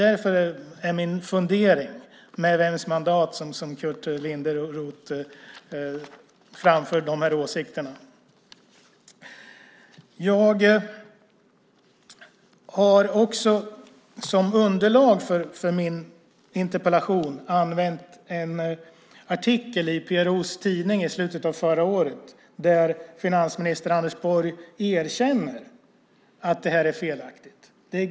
Därför är min fundering på vems mandat Curt Linderoth framför de här åsikterna. Jag har också som underlag för min interpellation använt en artikel i PRO:s tidning i slutet av förra året, där finansminister Anders Borg erkänner att det här är felaktigt. "Det är .